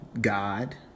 God